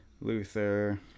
Luther